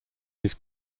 his